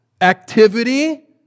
activity